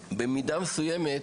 אפילו להציג אותו בצורה הזאת.